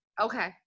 okay